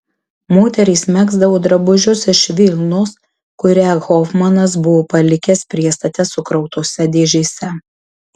moterys megzdavo drabužius iš vilnos kurią hofmanas buvo palikęs priestate sukrautose dėžėse